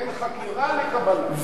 בין חקירה לקבלה.